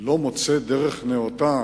לא מוצא דרך נאותה